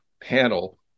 panel